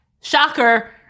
Shocker